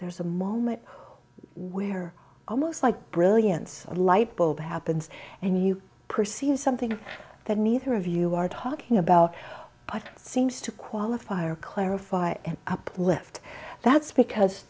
there's a moment where almost like brilliance a lightbulb happens and you perceive something that neither of you are talking about seems to qualify or clarify and uplift that's because